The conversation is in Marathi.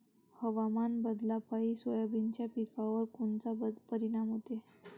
हवामान बदलापायी सोयाबीनच्या पिकावर कोनचा परिणाम होते?